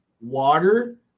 water